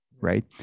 right